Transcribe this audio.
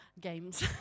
games